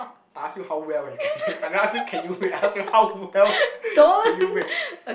I ask you how well you can bake I never ask you can you bake I ask you how well can you bake